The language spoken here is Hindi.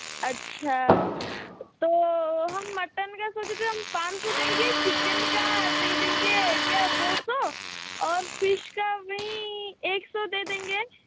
अच्छा तो हम मटन का सोचे कि हम पाँच सौ देंगे चिकेन का दे देंगे क्या दो सौ और फिश का भी एक सौ दे देंगे